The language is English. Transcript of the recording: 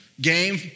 Game